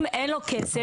אם אין לו כסף